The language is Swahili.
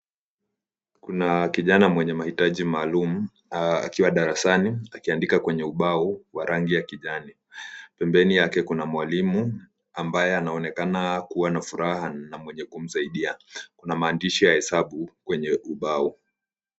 Kuna kijana mwenye mahitaji maalumu akiwa darasani, akiandika kwenye ubao wa rangi ya kijani. Pembeni yake kuna mwalimu ambaye anaonekana kua na furaha mwenye kumsaidia. Kuna maandishi ya hesabu kwenye ubao.